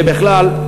ובכלל,